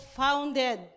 founded